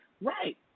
Right